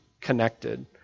connected